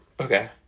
Okay